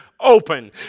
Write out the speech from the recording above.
open